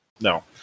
No